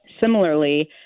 Similarly